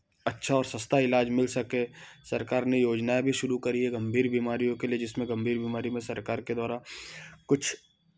अच्छा और सस्ता इलाज मिल सके सरकार ने योजनाएँ भी शुरू करी है गंभीर बीमारियों के लिए जिसमें गंभीर बीमारी में सरकार के द्वारा कुछ